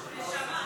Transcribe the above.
--- נשמה,